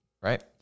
right